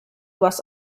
was